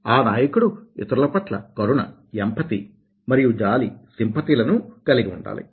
ఆ నాయకుడు ఇతరుల పట్ల కరుణ ఎంపథీ మరియు జాలి సింపథీ లను కలిగి ఉండాలి